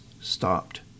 stopped